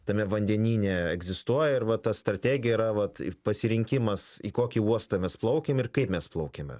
tame vandenyne egzistuoja ir va ta strategija yra vat pasirinkimas į kokį uostą mes plaukiam ir kaip mes plaukiame